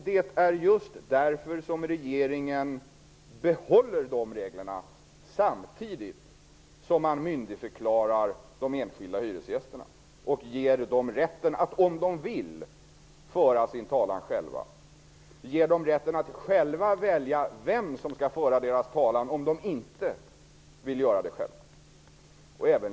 Det är just därför som regeringen behåller de reglerna samtidigt som man myndigförklarar de enskilda hyresgästerna och ger dem rätten att, om de vill, föra sin talan själva. Man ger dem rätten att själva välja vem som skall föra deras talan om de inte vill göra det själva.